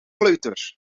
kleuters